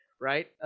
right